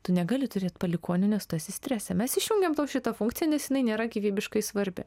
tu negali turėt palikuonių nes tu esi strese mes išjungiam tau šitą funkciją nes jinai nėra gyvybiškai svarbi